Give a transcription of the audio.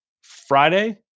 Friday